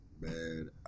man